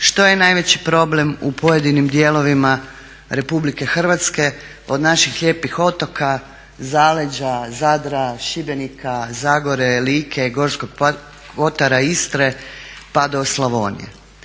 što je najveći problem u pojedinim dijelovima Republike Hrvatske, od naših lijepih otoka, zaleđa, Zadra, Šibenika, Zagore, Like, Gorskog kotara, Istre pa do Slavonije.